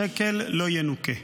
שקל לא ינוכה.